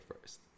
first